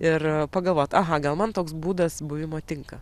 ir pagalvot aha gal man toks būdas buvimo tinka